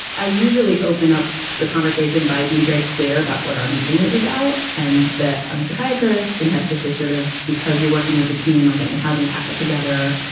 i usually open up the conversation by being very clear about what our meeting is about. and that i'm a psychiatrist and that this is sort of because you're working with the team on getting a housing package together.